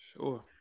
Sure